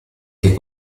che